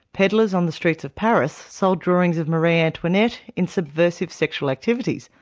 peddlers on the streets of paris sold drawings of marie antoinette in subversive sexual activities,